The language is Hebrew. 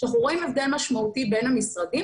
אנחנו רואים הבדל משמעותי בין המשרדים,